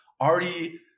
already